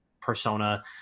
persona